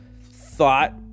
thought